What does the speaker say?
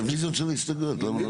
על הרביזיות של ההסתייגויות, למה לא?